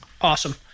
Awesome